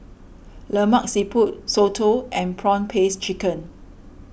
Lemak Siput Soto and Prawn Paste Chicken